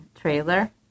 trailer